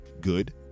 good